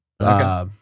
Okay